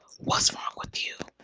what's wrong with you?